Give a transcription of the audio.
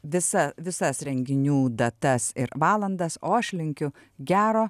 visa visas renginių datas ir valandas o aš linkiu gero